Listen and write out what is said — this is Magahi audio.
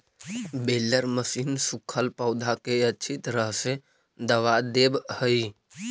बेलर मशीन सूखल पौधा के अच्छी तरह से दबा देवऽ हई